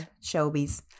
Shelby's